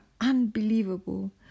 unbelievable